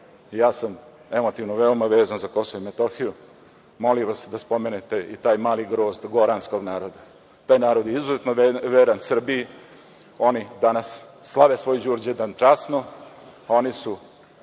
ja sam emotivno veoma vezan za Kosovo i Metohiju, molim vas da spomenete i taj mali grozd goranskog naroda. Taj narod je izuzetno veran Srbiji. Oni danas slave svoj Đurđevdan časno.